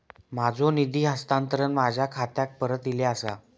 माझो निधी हस्तांतरण माझ्या खात्याक परत इले आसा